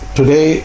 Today